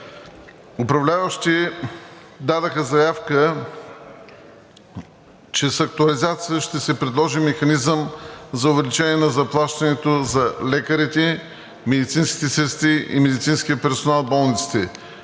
Управляващите дадоха заявка, че с актуализацията ще се предложи механизъм за увеличение на заплащането за лекарите, медицинските сестри и медицинския персонал в болниците.